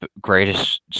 greatest